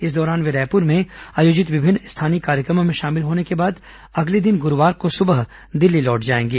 इस दौरान वे रायपुर में आयोजित विभिन्न स्थानीय कार्यक्रमों में शामिल होने को बाद अगले दिन गुरूवार को सुबह दिल्ली लौट जाएंगे